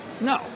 No